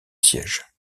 siège